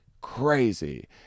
crazy